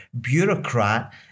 bureaucrat